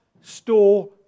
store